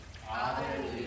Hallelujah